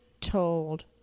told